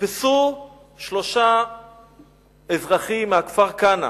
נתפסו שלושה אזרחים מכפר-כנא,